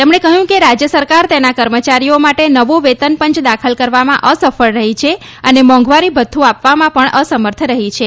તેમણે કહયું કે રાજય સરકાર તેના કર્મચારીઓ માટે નવુ વેતન પંચ દાખલ કરવામાં અસફળ રહી છે અને મોંઘવારી ભથ્યુ આપવામાં પણ અસમર્થ રહી છે